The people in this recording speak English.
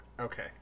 Okay